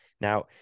Now